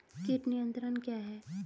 कीट नियंत्रण क्या है?